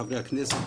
חברי הכנסת,